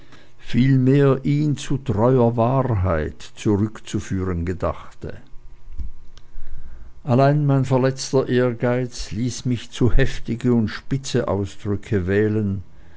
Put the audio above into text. vielmehr ihn zu treuer wahrheit zurückzufahren gedachte allein mein verletzter ehrgeiz ließ mich zu heftige und spitze ausdrücke wählen